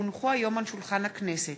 כי הונחו היום על שולחן הכנסת,